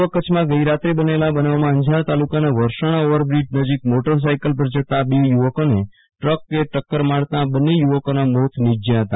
પર્વ કચ્છમાં ગઈરાત્રે બનેલા બનાવમાં અંજાર તાલુકાના વરસાણા ઓવરબ્રીજ નજીક મોટર સા ઈકલ પર જતા બે યુવકોને ટ્રકે ટકકર મારતા બને યુવકોના મોત નીપજયા હતા